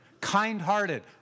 kind-hearted